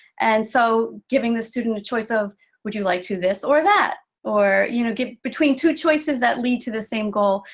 and so giving the student a choice of would you like to do this, or that? or you know, between two choices that lead to the same goal,